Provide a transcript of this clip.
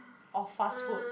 of fast food